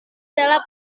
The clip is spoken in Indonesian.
adalah